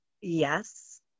Yes